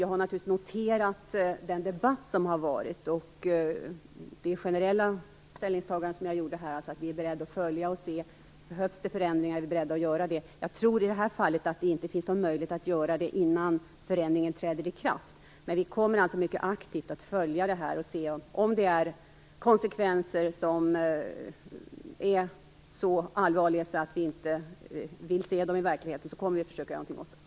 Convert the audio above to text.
Jag har naturligtvis noterat den debatt som har varit. Jag gjorde ett generellt ställningstagande här att vi är beredda att följa detta. Om det behövs förändringar, är vi beredda att göra dem. I det här fallet tror jag inte att det finns någon möjlighet att göra det innan förändringen träder i kraft. Men vi kommer att följa det här mycket aktivt och se om det blir konsekvenser som är så allvarliga att vi inte vill se dem i verkligheten. Då kommer vi att försöka att göra någonting åt det.